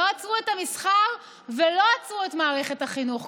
לא עצרו את המסחר ולא עצרו את מערכת החינוך.